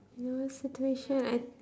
worse situation I